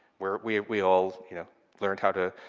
where we we all you know learned how to